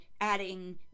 adding